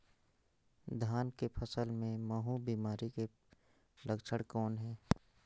धान के फसल मे महू बिमारी के लक्षण कौन हे?